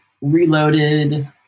reloaded